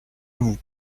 vous